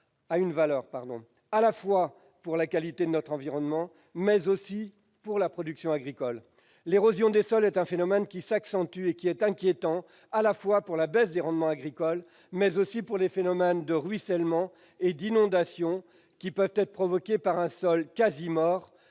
a une valeur, tant pour la qualité de notre environnement, que pour la production agricole. L'érosion des sols est un phénomène qui s'accentue et qui est inquiétant, à la fois pour la baisse des rendements agricoles, mais aussi pour les phénomènes de ruissellement et d'inondation qui peuvent être provoqués par un sol quasi mort,